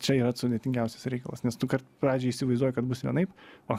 čia yrat sudėtingiausias reikalas nes tu kart pradžioj įsivaizduoji kad bus vienaip o